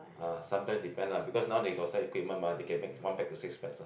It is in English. ah sometimes depend lah because now they got side equipment mah they can make one pack to six packs ah